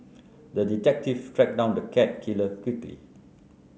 the detective tracked down the cat killer quickly